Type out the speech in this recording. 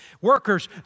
Workers